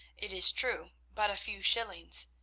it is true, but a few shillings,